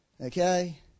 Okay